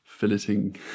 filleting